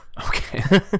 Okay